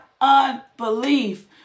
unbelief